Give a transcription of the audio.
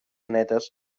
netes